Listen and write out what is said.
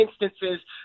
instances